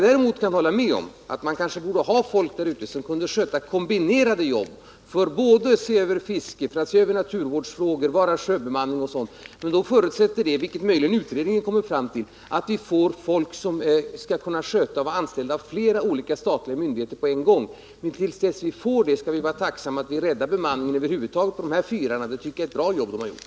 Däremot kan jag hålla med om att man kanske borde ha folk där ute som kunde sköta kombinerade jobb — se över fisket och naturvårdsfrågor, vara sjöbemanning osv. Men då förutsätter detta, vilket möjligen utredningen kommer fram till, att vi får folk som skall kunna vara anställda av flera statliga myndigheter på en gång. Men till dess att vi får det skall vi vara tacksamma för att vi räddar bemanningen över huvud taget på de här fyrarna. Det tycker jag är ett bra jobb man har gjort.